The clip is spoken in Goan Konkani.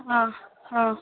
आं हा